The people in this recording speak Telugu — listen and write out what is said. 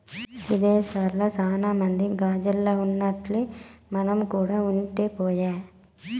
విదేశాల్ల సాన మంది గాజిల్లల్ల ఉన్నట్టే మనం కూడా ఉంటే పాయె